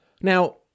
Now